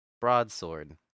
Broadsword